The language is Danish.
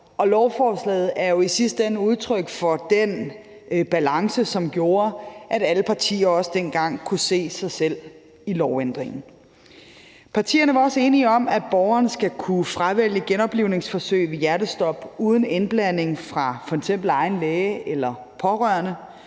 lovforslaget er jo i sidste ende udtryk for den balance, som gjorde, at alle partier også dengang kunne se sig selv i lovændringen. Partierne var også enige om, at borgerne skal kunne fravælge genoplivningsforsøg ved hjertestop uden indblanding fra f.eks. egen læge eller pårørende.